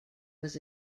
was